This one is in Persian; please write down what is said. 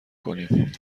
کنیم